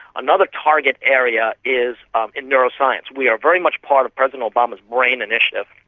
another target area is um in neuroscience. we are very much part of president obama's brain initiative,